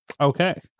Okay